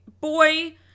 boy